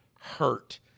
hurt